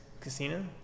Casino